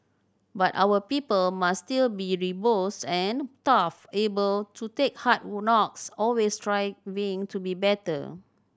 but our people must still be robust and tough able to take hard knocks always striving to be better